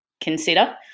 consider